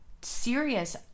serious